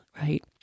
right